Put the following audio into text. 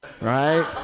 right